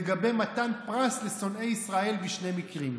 לגבי מתן פרס לשונאי ישראל בשני מקרים.